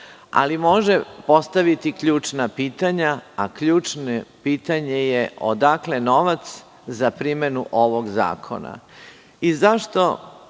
ali može postaviti ključna pitanja, a ključno pitanje je – odakle novac za primenu ovog zakona? Zašto